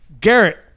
Garrett